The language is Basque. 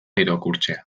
irakurtzea